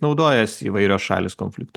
naudojasi įvairios šalys konfliktu